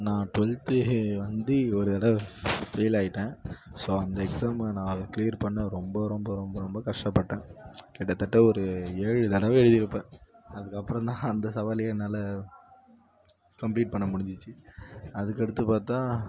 நான் டுவெல்த்து வந்து ஒரு தடவை ஃபெயில் ஆயிட்டேன் ஸோ அந்த எக்ஸாமை நான் கிளீயர் பண்ண ரொம்ப ரொம்ப ரொம்ப கஷ்டப்பட்டேன் கிட்டத்தட்ட ஒரு ஏழு தடவை எழுதியிருப்பேன் அதுக்கப்புறந்தான் அந்த சவாலே என்னால் கம்ப்ளீட் பண்ண முடிஞ்சிச்சு அதுக்கடுத்து பார்த்தா